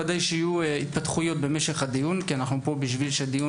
ודאי שיהיו התפתחויות במשך הדיון כי אנו פה כדי שהדיון